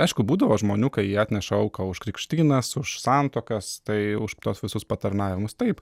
aišku būdavo žmonių kai jie atneša auką už krikštynas už santuokas tai už tuos visus patarnavimus taip